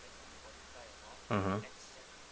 mmhmm